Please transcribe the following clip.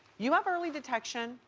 you have early detection.